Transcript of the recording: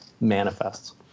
manifests